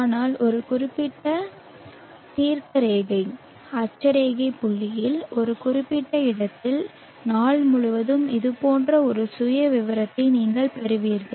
ஆனால் ஒரு குறிப்பிட்ட தீர்க்கரேகை அட்சரேகை புள்ளியில் ஒரு குறிப்பிட்ட இடத்தில் நாள் முழுவதும் இதுபோன்ற ஒரு சுயவிவரத்தை நீங்கள் பெறுவீர்கள்